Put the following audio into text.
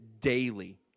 daily